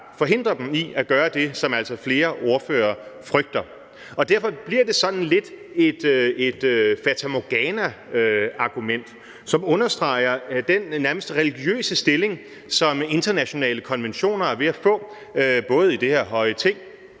forhindrer dem i at gøre det, som altså flere ordførere frygter. Derfor bliver det sådan lidt et fatamorganaargument, som understreger den nærmest religiøse stilling, som internationale konventioner er ved at få, både i det her høje Ting,